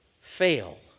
fail